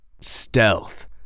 Stealth